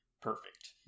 perfect